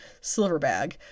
Silverbag